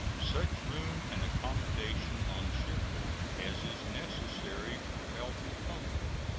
such room and accommodation on shipboard as is necessary for health and comfort,